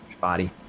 body